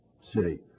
city